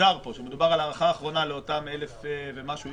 ויוגדר פה שמדובר על הארכה אחרונה לאותם 1,000 איש ומשהו.